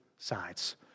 sides